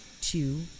two